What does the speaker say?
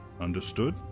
Understood